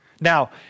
Now